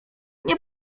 nie